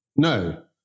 No